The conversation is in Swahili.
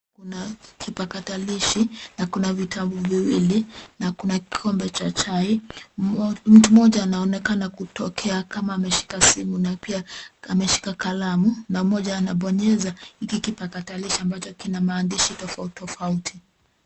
Kuna kipakatalishi, na kuna vitabu viwili, na kuna kikombe cha chai, mtu mmoja anaonekana kutokea kama ameshika simu na pia ameshika kalamu na mmoja anabonyeza hiki kipakatalishi ambacho kina maandishi tofauti, tofauti.